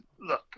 look